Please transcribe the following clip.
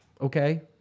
okay